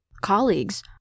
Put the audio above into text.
colleagues